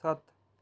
ਸੱਤ